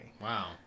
Wow